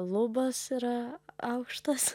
lubos yra aukštos